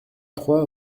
trois